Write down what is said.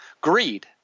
Greed